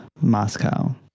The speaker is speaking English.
Moscow